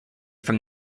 from